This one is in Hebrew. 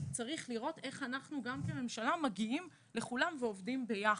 צריך לראות איך אנחנו כממשלה מגיעים לכולם ועובדים יחד.